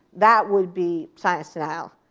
that would be science denial.